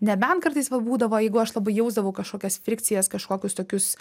nebent kartais vat būdavo jeigu aš labai jausdavau kažkokias frikcijas kažkokius tokius